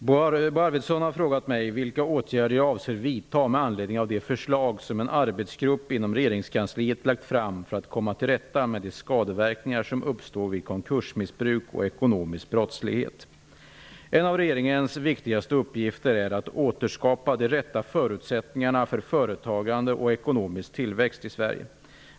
Fru talman! Bo Arvidson har frågat mig vilka åtgärder jag avser vidta med anledning av de förslag som en arbetsgrupp inom regeringskansliet har lagt fram för att komma till rätta med de skadeverkningar som uppstår vid konkursmissbruk och ekonomisk brottslighet. En av regeringens viktigaste uppgifter är att återskapa de rätta förutsättningarna för företagande och ekonomisk tillväxt i Sverige.